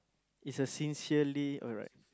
is a sincerely alright